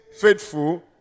faithful